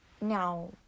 Now